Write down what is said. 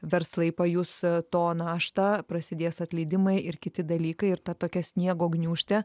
verslai pajus to naštą prasidės atleidimai ir kiti dalykai ir ta tokia sniego gniūžtė